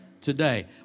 today